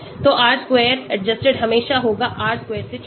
तो R square adjusted हमेशा होगा R square